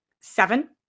Seven